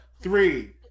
three